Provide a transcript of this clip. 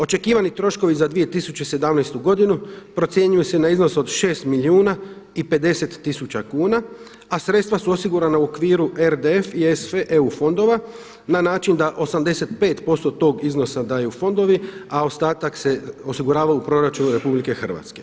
Očekivani troškovi za 2017. godinu procjenjuju se na iznos od 6 milijuna i 50000 kuna, a sredstva su osigurana u okviru RDF i … EU fondova na način da 85% tog iznosa daju fondovi, a ostatak se osigurava u proračunu RH.